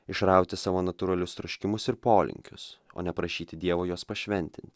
išrauti savo natūralius troškimus ir polinkius o neprašyti dievo jos pašventint